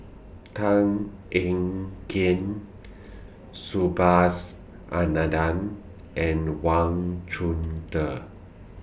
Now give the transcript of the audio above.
Tan Ean Kiam Subhas Anandan and Wang Chunde